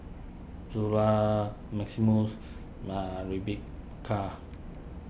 Zula Maximus Rebekah